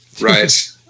Right